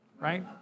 right